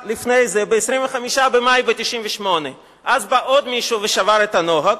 ב-25 במאי 1998. אז בא עוד מישהו ושבר את הנוהג.